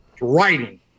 writing